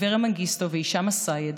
אברה מנגיסטו והישאם א-סייד,